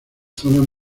zonas